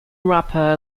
rapper